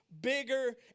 bigger